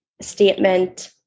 statement